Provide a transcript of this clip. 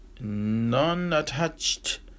non-attached